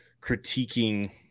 critiquing